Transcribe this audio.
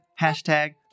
hashtag